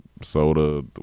soda